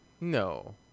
No